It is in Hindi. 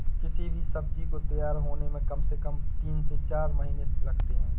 किसी भी सब्जी को तैयार होने में कम से कम तीन से चार महीने लगते हैं